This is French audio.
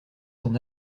son